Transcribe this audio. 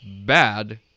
bad